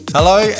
Hello